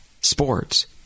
sports